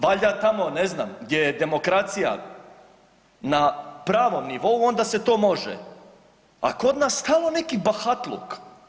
Valjda tamo ne znam gdje je demokracija na pravom nivou onda se to može, a kod nas stalno neki bahatluk.